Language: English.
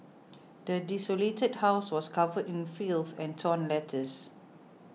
the desolated house was covered in filth and torn letters